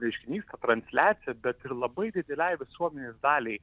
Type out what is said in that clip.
reiškinys transliacija bet ir labai didelei visuomenės daliai